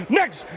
next